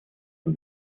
den